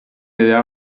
della